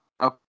okay